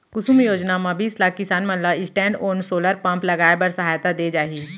कुसुम योजना म बीस लाख किसान मन ल स्टैंडओन सोलर पंप लगाए बर सहायता दे जाही